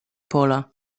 pola